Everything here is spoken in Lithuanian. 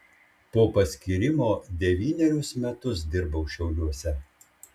po paskyrimo devynerius metus dirbau šiauliuose